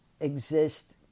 exist